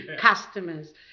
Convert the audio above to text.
customers